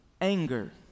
anger